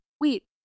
Wait